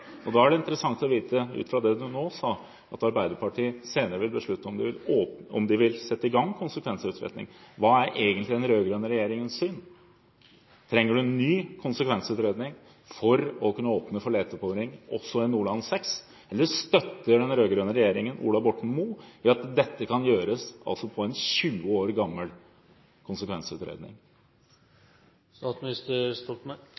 Da er det interessant å vite, ut fra det statsministeren nå sa, at Arbeiderpartiet senere vil beslutte om de vil sette i gang konsekvensutredning. Hva er egentlig den rød-grønne regjeringens syn? Trenger man en ny konsekvensutredning for å kunne åpne opp for leteboring også i Nordland VI, eller støtter den rød-grønne regjeringen Ola Borten Moe ved at dette kan gjøres på bakgrunn av en 20 år